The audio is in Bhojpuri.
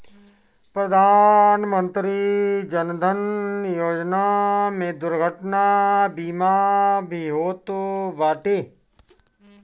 प्रधानमंत्री जन धन योजना में दुर्घटना बीमा भी होत बाटे